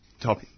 top